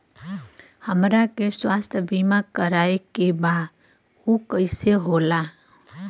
हमरा के स्वास्थ्य बीमा कराए के बा उ कईसे होला?